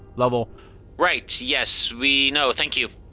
lovell right, yes. we know. thank you.